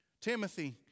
Timothy